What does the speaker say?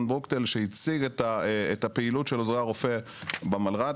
ברוקדייל שהציג את הפעילות של עוזרי הרופא במלר"ד,